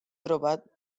trobat